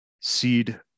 seed